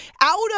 out